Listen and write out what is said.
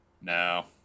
No